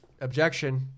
Objection